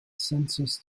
senses